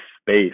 space